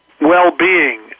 well-being